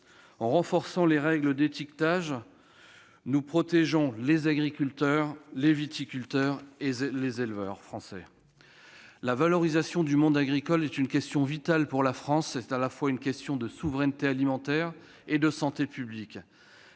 En renforçant les règles d'étiquetage, nous protégeons les agriculteurs, les viticulteurs et les éleveurs français. La valorisation du monde agricole est une question vitale pour la France. C'est une question à la fois de souveraineté alimentaire et de santé publique.